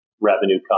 revenue